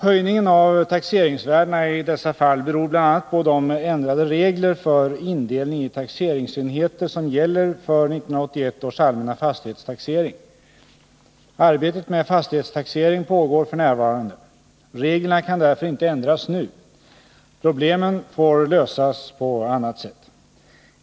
Höjningen av taxeringsvärdena i dessa fall beror bl.a. på de ändrade regler för indelning i taxeringsenheter som gäller för 1981 års allmänna fastighetstaxering. Arbetet med fastighetstaxering pågår f. n. Reglerna kan därför inte ändras nu. Problemen får lösas på annat sätt.